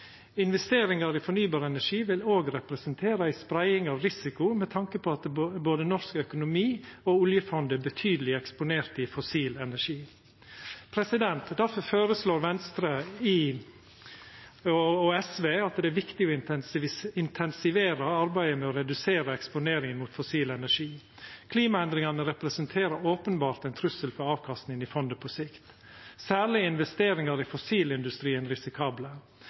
i fornybar energi vil òg representera ei spreiing av risiko med tanke på at både den norske økonomien og oljefondet er betydeleg eksponerte i fossil energi. Difor meiner Venstre og SV at det er viktig å intensivera arbeidet med å redusera eksponeringa mot fossil energi. Klimaendringane representerer openbert ein trussel for avkastning i fondet på sikt. Særleg er investeringar i fossilindustrien risikable.